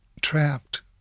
trapped